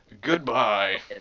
goodbye